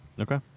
Okay